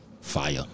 Fire